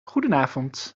goedenavond